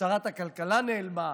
שרת הכלכלה נעלמה,